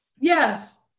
yes